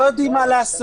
הם לא יודעים מה לעשות.